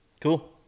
Cool